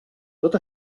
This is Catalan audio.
tot